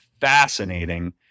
fascinating